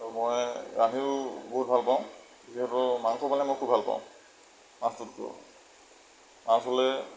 আৰু মই ৰান্ধিও বহুত ভাল পাওঁ বিশেষকৈতো মাংস বনাই মই খুব ভাল পাওঁ মাছটোতকৈও মাছ হ'লে